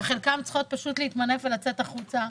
וחלקן צריכות פשוט להתמנף ולצאת החוצה.